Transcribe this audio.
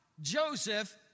Joseph